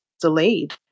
delayed